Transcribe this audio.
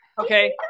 Okay